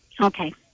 Okay